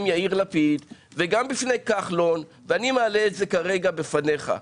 יאיר לפיד וגם לפני כחלון ואני מעלה את זה כרגע בפניך.